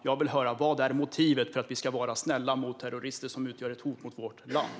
Jag vill höra vad som är motivet till att vi ska vara snälla mot terrorister som utgör ett hot mot vårt land.